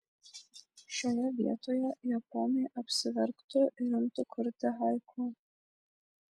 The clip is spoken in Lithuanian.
šioje vietoje japonai apsiverktų ir imtų kurti haiku